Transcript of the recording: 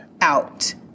out